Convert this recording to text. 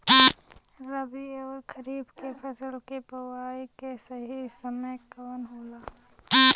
रबी अउर खरीफ के फसल के बोआई के सही समय कवन होला?